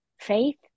faith